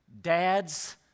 Dads